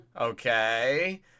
okay